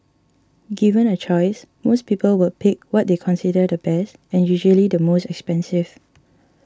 given a choice most people would pick what they consider the best and usually the most expensive